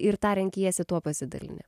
ir tą renkiesi tuo pasidalini